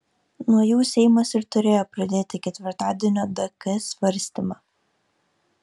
nuo jų seimas ir turėjo pradėti ketvirtadienio dk svarstymą